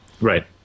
Right